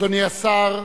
אדוני השר,